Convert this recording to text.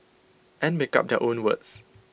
and make up their own words